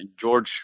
George